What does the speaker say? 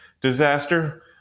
disaster